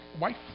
wife